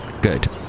Good